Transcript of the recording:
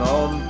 on